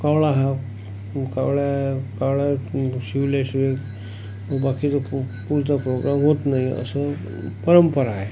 कावळा हा कावळा कावळा शिवल्याशिवाय बाकीचा पु पुढचा प्रोग्राम होत नाही अशी परंपरा आहे